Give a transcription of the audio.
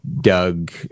doug